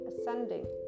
ascending